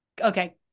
Okay